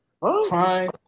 Crime